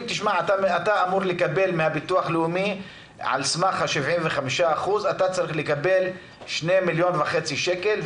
לו: אתה אמור לקבל מהביטוח הלאומי על סמך ה-75% 2.5 מיליון שקל,